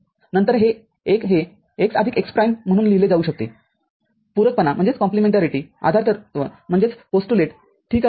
नंतर १ हे x आदिक x प्राइम म्हणून लिहिले जाऊ शकते पूरकपणा आधारतत्व ठीक आहे